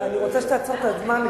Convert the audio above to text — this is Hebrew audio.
אני רוצה שתעצור את הזמן,